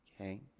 okay